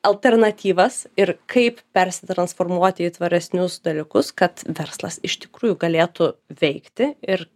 alternatyvas ir kaip persitransformuoti į tvaresnius dalykus kad verslas iš tikrųjų galėtų veikti ir